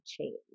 change